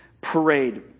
parade